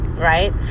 Right